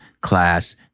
Class